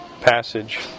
passage